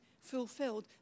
fulfilled